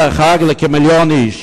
כבוד היושב-ראש,